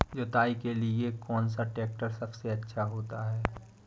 जुताई के लिए कौन सा ट्रैक्टर सबसे अच्छा होता है?